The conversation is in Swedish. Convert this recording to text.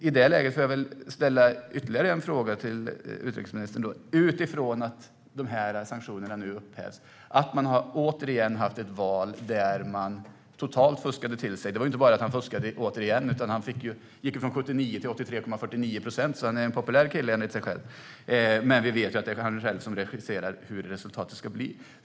I det läget får jag ställa ytterligare en fråga till utrikesministern, utifrån att de här sanktionerna nu upphävs. Man har återigen haft ett val där man fuskade. Det var inte bara så att Lukasjenko återigen fuskade, utan han gick från 79 till 83,49 procent. Han är en populär kille enligt sig själv. Men vi vet att det är han själv som regisserar hur resultatet ska bli.